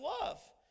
love